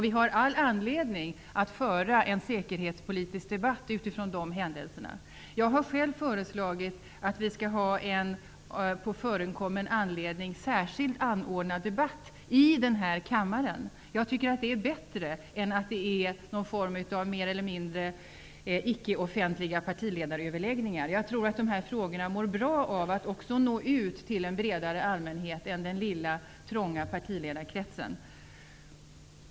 Vi har all anledning att föra en säkerhetspolitisk debatt med utgångspunkt i de händelserna. Jag har själv föreslagit att vi på förekommen anledning skall ha en särskilt anordnad debatt i denna kammare. Jag tycker att det är bättre än att ha mer eller mindre icke-offentliga partiledaröverläggningar. Jag tror att de frågorna mår bra av att också nå ut till en bredare allmänhet än den lilla trånga partiledarkretsen.